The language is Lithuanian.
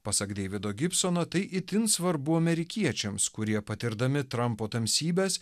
pasak deivido gibsono tai itin svarbu amerikiečiams kurie patirdami trampo tamsybes